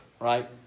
Right